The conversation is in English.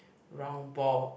round ball